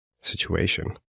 situation